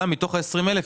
מתוך ה-20,000,